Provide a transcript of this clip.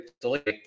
delete